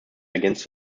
ergänzt